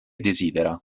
desidera